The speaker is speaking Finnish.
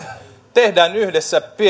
tehdään yhdessä